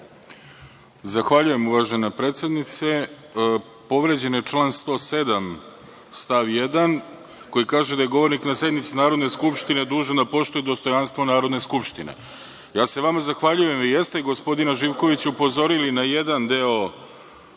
Zahvaljujem uvažena predsednice. Povređen je član 107. stav 1, koji kaže da je govornik na sednici Narodne skupštine dužan da poštuje dostojanstvo Narodne skupštine. Vama se zahvaljujem, vi jeste gospodina Živkovića upozorili na jedan deo